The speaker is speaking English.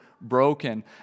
broken